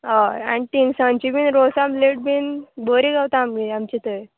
हय आनी तिनसांची बीन रोस आमलेट बीन बरी गावता आमगे आमचे थंय